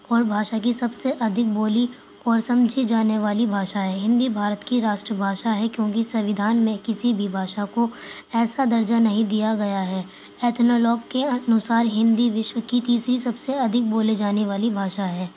اور بھاشا کی سب سے ادھک بولی اور سمجھی جانے والی بھاشا ہے ہندی بھارت کی راشٹر بھاشا ہے کیونکہ سویدھان میں کسی بھی بھاشا کو ایسا درجہ نہیں دیا گیا ہے ایتھنولوک کے انوسار ہندی وشو کی تیسری سب سے ادھک بولے جانے والی بھاشا ہے